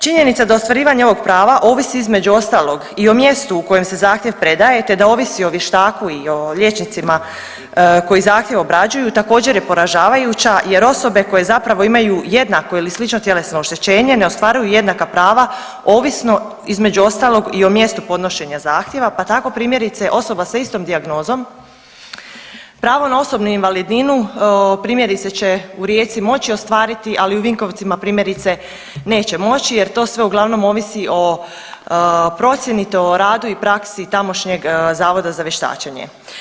Činjenica da ostvarivanje ovog prava ovisi između ostalog i o mjestu u kojem zahtjev predaje te da ovisi o vještaku i o liječnicima koji zahtjev obrađuju također je poražavajuća jer osobe koje zapravo imaju jednako ili slično tjelesno oštećenje ne ostvaruju jednaka prava ovisno između ostalog i o mjestu podnošenja zahtjeva, pa tako primjerice osoba sa istom dijagnozom pravo na osobnu invalidninu primjerice će u Rijeci moći ostvariti, ali u Vinkovcima primjerice neće moći jer to sve uglavnom ovisi o procjeni te o radu i praksi tamošnjeg zavoda za vještačenje.